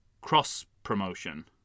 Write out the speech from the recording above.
cross-promotion